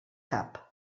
cap